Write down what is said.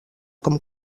com